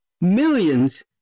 millions